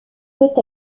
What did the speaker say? peut